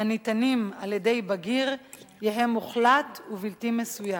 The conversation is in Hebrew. הניתנים על-ידי בגיר יהא מוחלט ובלתי מסויג,